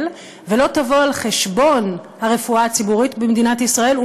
ולא תבוא על חשבון הרפואה הציבורית במדינת ישראל,